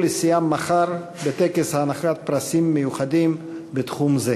לשיאם מחר בטקס הענקת פרסים מיוחדים בתחום זה,